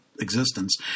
existence